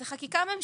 זאת חקיקה ממשלתית.